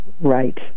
Right